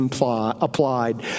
applied